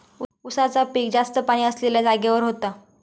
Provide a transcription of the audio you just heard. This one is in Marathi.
उसाचा पिक जास्त पाणी असलेल्या जागेवर होता